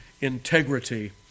integrity